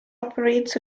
operates